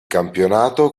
campionato